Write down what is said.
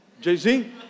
Jay-Z